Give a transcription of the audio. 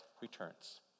returns